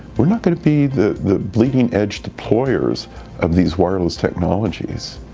we're not going to be the bleeding edge deployers of these wireless technologies.